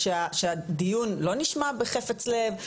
שהדיון לא נשמע בחפץ לב,